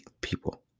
people